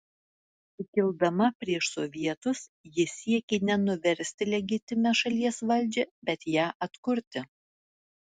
sukildama prieš sovietus ji siekė ne nuversti legitimią šalies valdžią bet ją atkurti